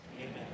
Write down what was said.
Amen